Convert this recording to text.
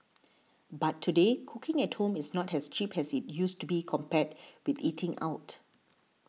but today cooking at home is not as cheap as it used to be compared with eating out